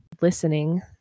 Listening